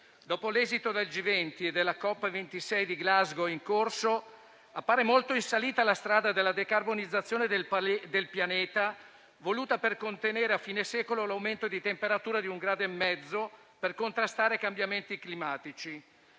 Dopo l'esito del G20 e la COP26 di Glasgow, tuttora in corso, appare molto in salita la strada della decarbonizzazione del pianeta, voluta per contenere a fine secolo l'aumento di temperatura di 1,5 gradi per contrastare i cambiamenti climatici.